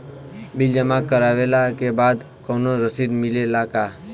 Bill जमा करवले के बाद कौनो रसिद मिले ला का?